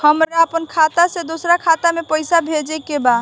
हमरा आपन खाता से दोसरा खाता में पइसा भेजे के बा